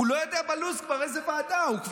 הוא לא יודע בלו"ז כבר באיזו ועדה הוא.